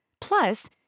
Plus